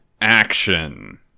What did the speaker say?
action